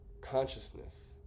consciousness